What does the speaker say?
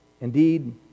indeed